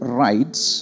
rights